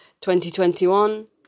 2021